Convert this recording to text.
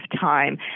time